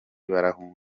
barahunga